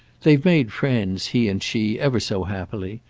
they've made friends, he and she, ever so happily,